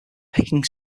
picking